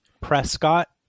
Prescott